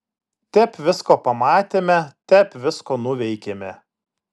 tep visko pamatėme tep visko nuveikėme